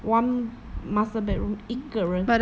one master bedroom 一个人